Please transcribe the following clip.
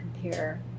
compare